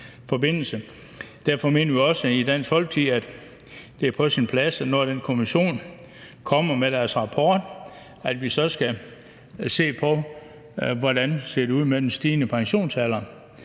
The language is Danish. Derfor mener vi også i Dansk Folkeparti, at det er på sin plads, at når den kommission kommer med sin rapport, skal vi se på, hvordan det ser ud med den stigende pensionsalder